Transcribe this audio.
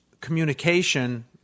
communication